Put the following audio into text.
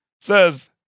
says